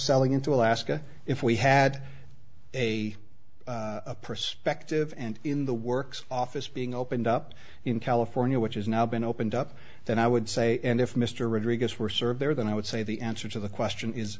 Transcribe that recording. selling into alaska if we had a perspective and in the works office being opened up in california which has now been opened up then i would say and if mr rodriguez were served there then i would say the answer to the question is